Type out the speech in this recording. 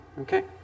okay